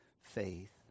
faith